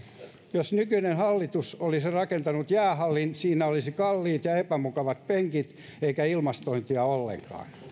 jos nykyinen hallitus olisi rakentanut jäähallin siinä olisi kalliit ja epämukavat penkit eikä ilmastointia ollenkaan